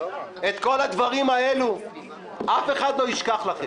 את כל הדברים האלו אף אחד לא ישכח לכם.